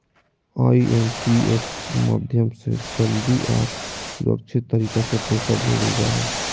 IMPS माध्यम से जल्दी आर सुरक्षित तरीका से पैसा भेजल जा हय